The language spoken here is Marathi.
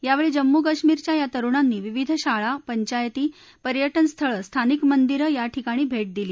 यावेळी जम्मू कश्मीरच्या या तरुणांनी विविध शाळा पंचायती पर्यटनस्थळं स्थानिक मंदिरं याठिकाणी भेट दिली